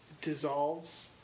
dissolves